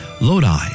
Lodi